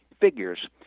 figures